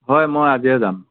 হয় মই আজিয়ে যাম